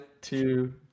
two